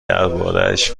دربارهاش